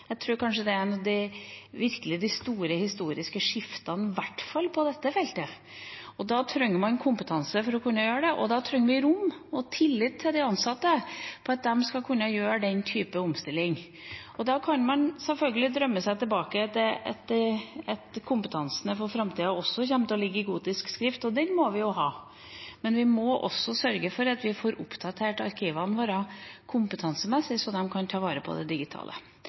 Jeg tror det kanskje er et av de virkelig store historiske skiftene, i hvert fall på dette feltet. Da trenger man kompetanse for å kunne gjøre det, og vi trenger rom og tillit til de ansatte for at de skal kunne gjøre den typen omstilling. Man kan selvfølgelig drømme seg tilbake til at kompetansen for framtida også kommer til å ligge i gotisk skrift, og den må vi jo ha, men vi må også sørge for at vi får oppdatert arkivene våre kompetansemessig, så de kan ta vare på det digitale.